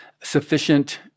sufficient